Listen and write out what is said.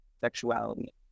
sexuality